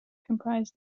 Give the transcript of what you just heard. comprise